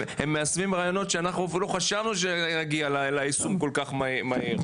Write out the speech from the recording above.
הם מיישמים רעיונות שאנחנו אפילו לא חשבנו שיגיע ליישום כל כך מהיר.